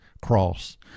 cross